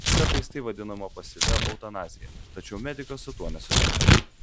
kartais tai vadinama pasyvia eutanazija tačiau medikas su tuo nesutinka